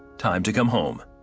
time to come home.